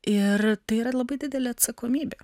ir tai yra labai didelė atsakomybė